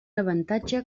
avantatge